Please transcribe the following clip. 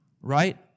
right